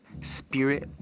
Spirit